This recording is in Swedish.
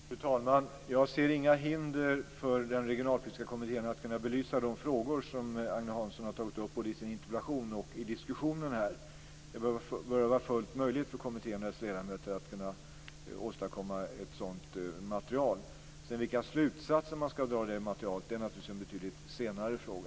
Fru talman! Jag ser inga hinder för den regionalpolitiska kommittén att kunna belysa de frågor som Agne Hansson har tagit upp i sin interpellation och i diskussionen här. Det bör vara fullt möjligt för kommittén och dess ledamöter att åstadkomma ett sådant material. Vilka slutsatser som man sedan skall dra av detta material är naturligtvis en betydligt senare fråga.